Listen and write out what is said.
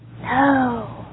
No